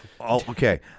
okay